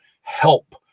help